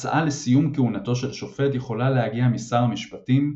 הצעה לסיום כהונתו של שופט יכולה להגיע משר המשפטים,